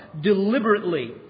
deliberately